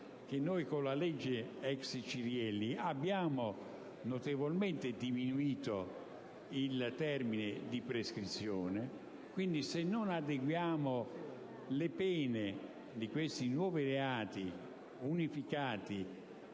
la cosiddetta legge ex Cirielli abbiamo notevolmente diminuito il termine di prescrizione. Se non adeguiamo le pene di questi nuovi reati unificati